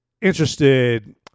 interested